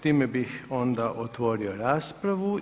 Time bih onda otvorio raspravu.